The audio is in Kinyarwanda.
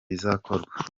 bizakorwa